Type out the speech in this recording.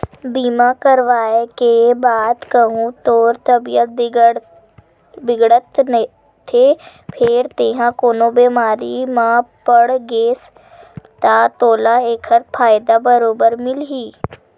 बीमा करवाय के बाद कहूँ तोर तबीयत बिगड़त नइते फेर तेंहा कोनो बेमारी म पड़ गेस ता तोला ऐकर फायदा बरोबर मिलही